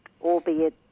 albeit